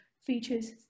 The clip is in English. features